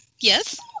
Yes